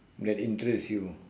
that interest you